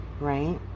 right